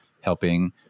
helping